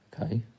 Okay